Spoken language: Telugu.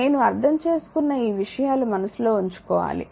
నేను అర్థం చేసుకున్న ఈ విషయాలు మనస్సులో ఉంచుకోవాలి